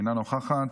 אינה נוכחת,